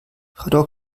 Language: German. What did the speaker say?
frau